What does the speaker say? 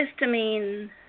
Histamine